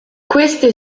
queste